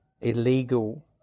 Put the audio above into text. illegal